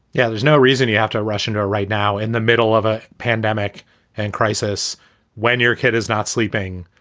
yeah. there's no reason you have to rush into it right now in the middle of a pandemic and crisis when your kid is not sleeping,